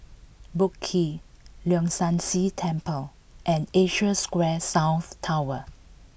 Boat Quay Leong San See Temple and Asia Square South Tower